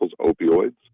opioids